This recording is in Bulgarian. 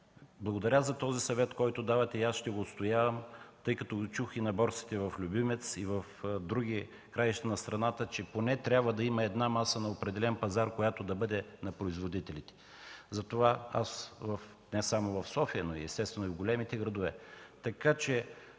Благодаря за съвета, който давате, ще го отстоявам, тъй като чух на борсите в Любимец, а и в други краища на страната, че трябва да има поне една маса на определен пазар, която да бъде на производителите – не само в София, а и в големите градове. Уважаеми